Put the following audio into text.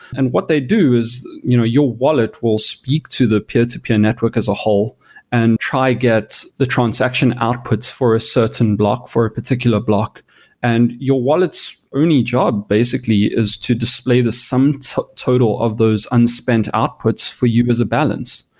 and what they do is you know your wallet will speak to the peer-to-peer network as a whole and try get the transaction outputs for a certain block for a particular block and your your wallet's only job basically is to display the sum total of those unspent outputs for you as a balance.